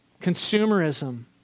consumerism